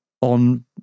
on